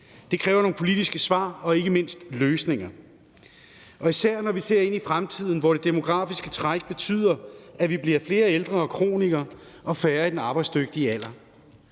Det kræver nogle politiske svar og ikke mindst løsninger, især når vi ser ind i fremtiden, hvor det demografiske træk betyder, at vi bliver flere ældre og kronikere og færre i den arbejdsdygtige alder.